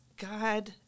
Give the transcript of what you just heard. God